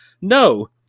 no